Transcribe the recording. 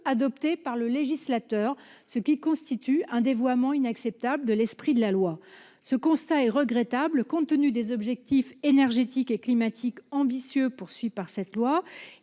adoptés par le législateur. Cela constitue un dévoiement inacceptable de l'esprit de la loi. Ce constat est regrettable compte tenu des objectifs énergétiques et climatiques ambitieux visés dans cette loi,